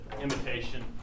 imitation